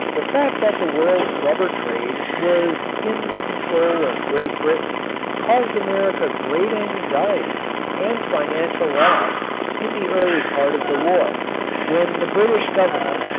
the fact that the world's rubber trade was in the control of great britain caused america great anxiety and financial loss in the early part of the war when the british government,